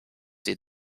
sie